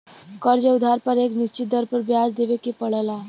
कर्ज़ या उधार पर एक निश्चित दर पर ब्याज देवे के पड़ला